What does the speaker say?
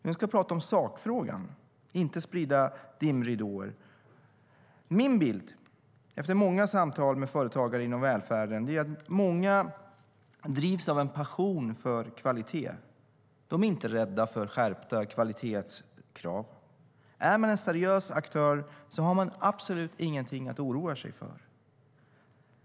Nu ska vi tala om sakfrågan - inte sprida dimridåer. Min bild, efter många samtal med företagare inom välfärden, är att många drivs av en passion för kvalitet. De är inte rädda för skärpta kvalitetskrav. Om man är en seriös aktör har man absolut inget att oroa sig för.